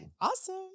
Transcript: Awesome